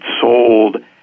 sold